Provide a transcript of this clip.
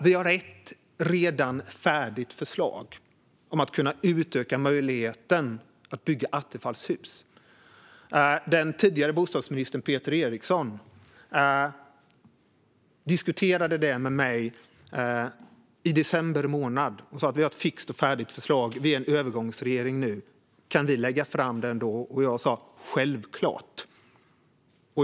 Man har ett redan färdigt förslag om att kunna utöka möjligheten att bygga attefallshus. Den tidigare bostadsministern Peter Eriksson diskuterade detta med mig i december månad, och han sa: Vi har ett fixt och färdigt förslag, men vi är en övergångsregering nu - kan vi lägga fram det ändå? Jag sa: Självklart!